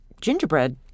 gingerbread